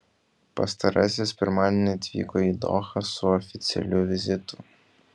pastarasis pirmadienį atvyko į dohą su oficialiu vizitu